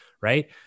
Right